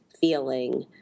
feeling